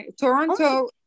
toronto